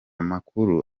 makuru